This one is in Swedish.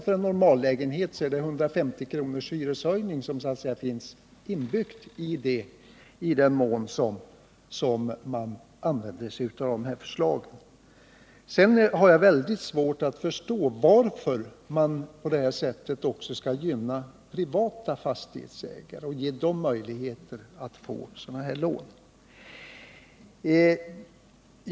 För en normallägenhet är det en hyreshöjning på 150 kr. som så att säga finns inbyggd i dessa förslag. Sedan har jag svårt att förstå varför man på detta sätt också skall gynna privata fastighetsägare och ge dem möjligheter att få sådana här lån.